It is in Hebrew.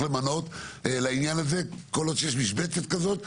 למנות לעניין הזה כל עוד שיש משבצת כזאת.